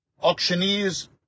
auctioneers